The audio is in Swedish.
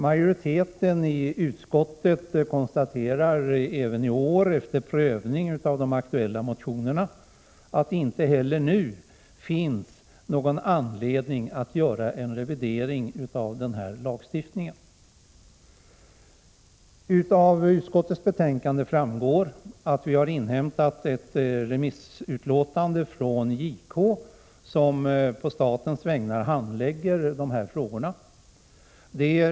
Majoriteten i utskottet konstaterar även i år efter prövning av de aktuella motionerna att det inte finns någon anledning att revidera skadeståndslagen. Av utskottets betänkande framgår att vi inhämtat ett remissutlåtande från JK, som på statens vägnar handlägger dessa frågor.